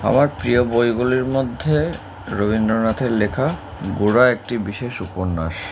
আমার প্রিয় বইগুলির মধ্যে রবীন্দ্রনাথের লেখা গোড়া একটি বিশেষ উপন্যাস